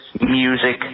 music